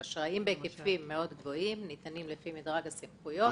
אשראים בהיקפים מאוד גבוהים ניתנים לפי מדרג הסמכויות.